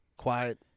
quiet